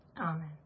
Amen